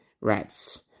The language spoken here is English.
Rats